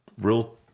real